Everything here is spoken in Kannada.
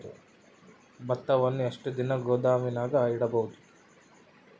ಭತ್ತವನ್ನು ಎಷ್ಟು ದಿನ ಗೋದಾಮಿನಾಗ ಇಡಬಹುದು?